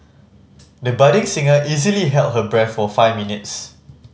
the budding singer easily held her breath for five minutes